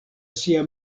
sia